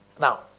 Now